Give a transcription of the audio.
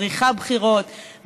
צריכים בחירות,